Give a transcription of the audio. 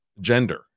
gender